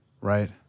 Right